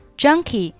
junkie